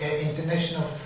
international